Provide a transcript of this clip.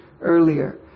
earlier